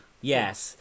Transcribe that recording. yes